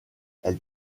elle